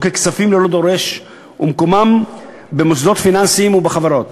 ככספים ללא דורש ומקורם במוסדות פיננסיים ובחברות.